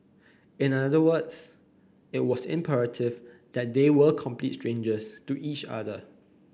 in other words it was imperative that they were complete strangers to each other